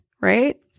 Right